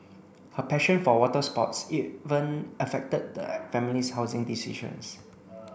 her passion for water sports even affected the family's housing decisions